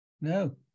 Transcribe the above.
No